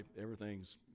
Everything's